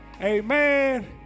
amen